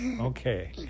Okay